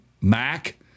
Mac